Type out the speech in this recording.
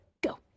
go